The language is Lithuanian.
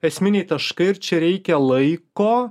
esminiai taškai ir čia reikia laiko